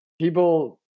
people